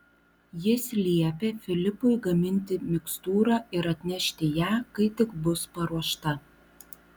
jis liepė filipui gaminti mikstūrą ir atnešti ją kai tik bus paruošta